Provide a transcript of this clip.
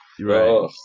Right